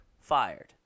fired